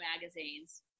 magazines